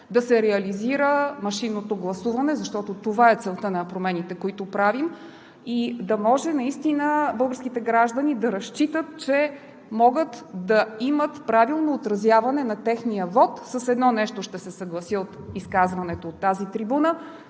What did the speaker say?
да се реализира машинното гласуване. Защото това е целта на промените, които правим, и да може наистина българските граждани да разчитат, че могат да имат правилно отразяване на техния вот. С едно нещо ще се съглася от изказването от тази трибуна,